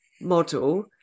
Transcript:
model